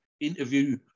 interview